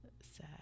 sad